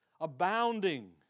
abounding